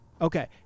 Okay